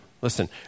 Listen